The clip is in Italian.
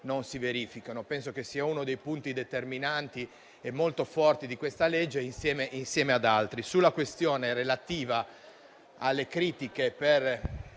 non si verifichino. Penso che sia uno dei punti determinanti e molto forti di questo disegno di legge, insieme ad altri.